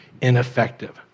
ineffective